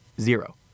Zero